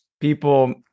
people